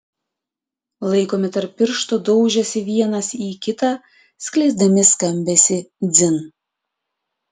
laikomi tarp pirštų daužėsi vienas į kitą skleisdami skambesį dzin